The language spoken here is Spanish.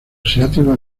asiático